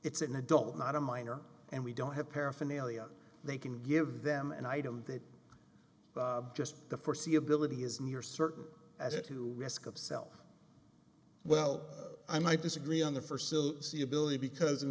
it's an adult not a minor and we don't have paraphernalia they can give them an item that just the foreseeability is near certain as to risk of sell well i might disagree on the first still see ability because in